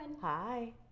Hi